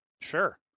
Sure